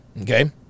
Okay